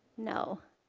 no.